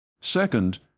Second